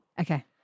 Okay